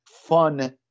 fun